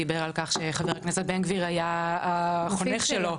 דיבר על כך שחבר הכנסת בן גביר היה החונך שלו.